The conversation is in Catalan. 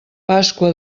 pasqua